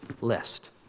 list